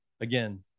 again